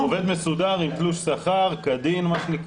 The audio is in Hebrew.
מסודר, עם תלוש שכר כדין.